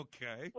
Okay